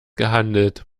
gehandelt